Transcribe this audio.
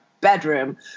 bedroom